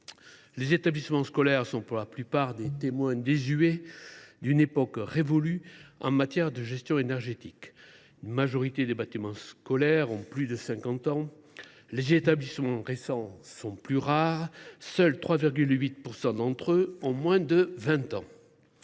Les établissements scolaires sont, pour la plupart, des témoins désuets d’une époque révolue en matière de gestion énergétique. La majorité des bâtiments scolaires a plus de cinquante ans. Les établissements récents sont plus rares : seuls 3,8 % d’entre eux ont moins de vingt ans.